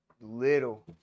little